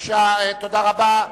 תודה רבה.